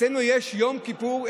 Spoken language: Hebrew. אצלנו יש יום כיפור.